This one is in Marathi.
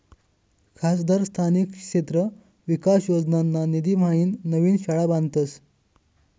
खासदार स्थानिक क्षेत्र विकास योजनाना निधीम्हाईन नवीन शाळा बांधतस